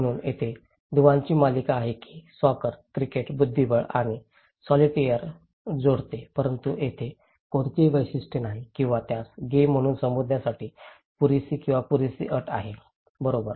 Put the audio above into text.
म्हणून येथे दुवांची मालिका आहे जी सॉकर क्रिकेट बुद्धिबळ आणि सॉलिटेअरला जोडते परंतु तेथे कोणतेही वैशिष्ट्य नाही किंवा त्यास गेम म्हणून संबोधण्यासाठी पुरेशी किंवा पुरेशी अट आहे बरोबर